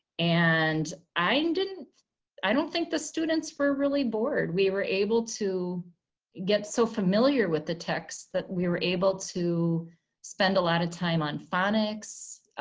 and i and and i don't think the students were really bored. we were able to get so familiar with the text that we were able to spend a lot of time on phonics,